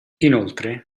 inoltre